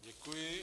Děkuji.